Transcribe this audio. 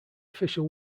official